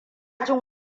jin